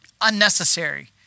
unnecessary